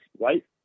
right